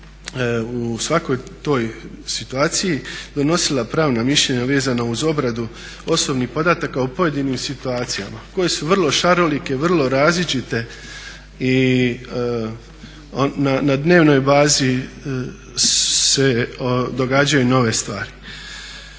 u svakoj toj situaciji donosila pravna mišljenja vezana uz obradu osobnih podataka o pojedinim situacijama koje su vrlo šarolike, vrlo različite i na dnevnoj bazi se događaju nove stvari.